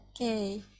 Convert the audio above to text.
Okay